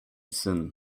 syn